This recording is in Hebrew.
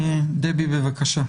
דבי, בבקשה.